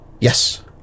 Yes